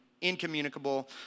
incommunicable